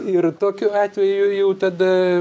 ir tokiu atveju jau tada